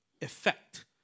effect